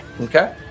okay